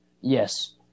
Yes